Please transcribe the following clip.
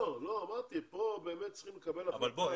לא, אמרתי, פה באמת צריך לקבל החלטה כוללנית.